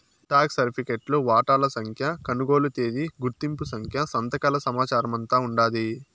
stock సరిఫికెట్లో వాటాల సంఖ్య, కొనుగోలు తేదీ, గుర్తింపు సంఖ్య, సంతకాల సమాచారమంతా ఉండాది